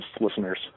listeners